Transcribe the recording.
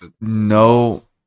no